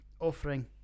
offering